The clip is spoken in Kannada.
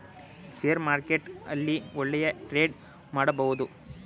ಷೇರ್ ಮಾರ್ಕೆಟ್ ಅಲ್ಲೇ ಒಳ್ಳೆಯ ಟ್ರೇಡ್ ಮಾಡಬಹುದು